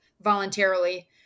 voluntarily